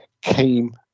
came